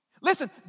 Listen